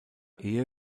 ehe